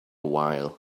while